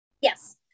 Yes